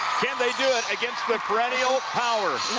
can they do it against the perennial powers?